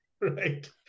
right